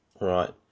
Right